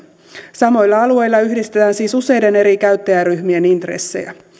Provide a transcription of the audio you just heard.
samoilla alueilla yhdistetään siis useiden eri käyttäjäryhmien intressejä